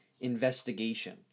investigation